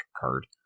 card